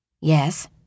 Yes